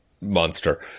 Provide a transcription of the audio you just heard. monster